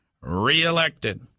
reelected